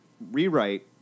rewrite